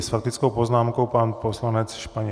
S faktickou poznámkou pan poslanec Španěl.